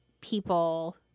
people